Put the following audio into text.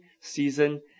season